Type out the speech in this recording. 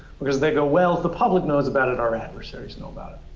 because they'll go, well, if the public knows about it, our adversaries know about it,